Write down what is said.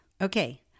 Okay